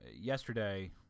yesterday